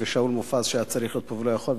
ושאול מופז שהיה צריך להיות פה ולא יכול,